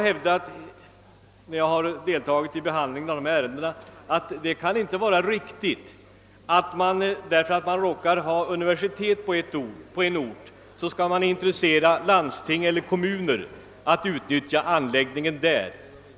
När jag deltagit i behandlingen av dessa ärenden har jag hävdat att det inte kan vara riktigt att man, därför att man råkar ha universitet på en ort, skall intressera landsting eller kommuner för att utnyttja anläggningen där.